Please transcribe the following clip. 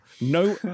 no